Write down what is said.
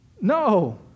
No